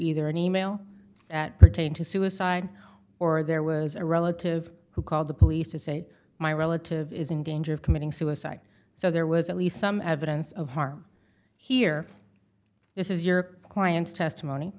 either an e mail that pertained to suicide or there was a relative who called the police to say my relative is in danger of committing suicide so there was at least some evidence of harm here this is your client's testimony